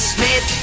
Smith